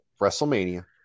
WrestleMania